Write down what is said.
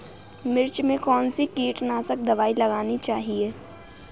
मिर्च में कौन सी कीटनाशक दबाई लगानी चाहिए?